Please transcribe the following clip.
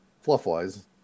fluff-wise